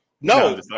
No